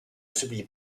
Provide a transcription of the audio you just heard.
celui